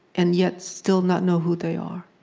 and yet, still not know who they are.